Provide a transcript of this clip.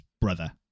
brother